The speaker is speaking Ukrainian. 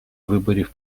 виборів